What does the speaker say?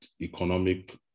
Economic